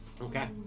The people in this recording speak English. Okay